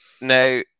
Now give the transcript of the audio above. Now